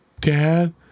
Dad